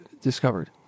discovered